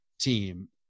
team